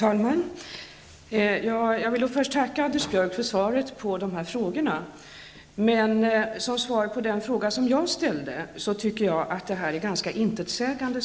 Herr talman! Jag vill först tacka Anders Björck för svaret på frågorna. Men svaret på den fråga jag ställde, tycker jag är ganska intetsägande.